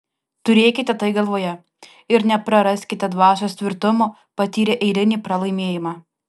turėkite tai galvoje ir nepraraskite dvasios tvirtumo patyrę eilinį pralaimėjimą